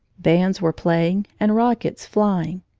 bands were playing and rockets flying.